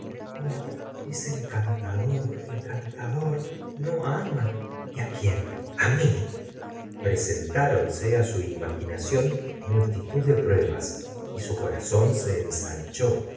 oh es encantador encantador no ama y quién a mí presentronse su imaginación multitud de pruebas y su corazón se ensanchó